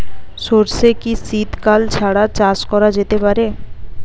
সর্ষে কি শীত কাল ছাড়া চাষ করা যেতে পারে?